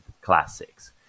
classics